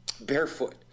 barefoot